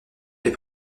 des